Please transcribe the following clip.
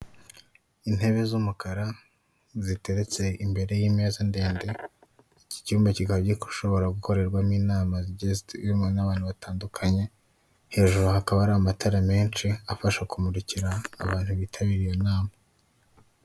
Imeza z'umukara ziteretse imbere y'imeza ndende, iki cyumba kikaba gishobora gukorerwamo inama zigiye ziyobowe n'abantu batandukanye hejuru hakaba hari amatara menshi afasha kumurikira abantu bitabiriye iyo nama.